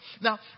Now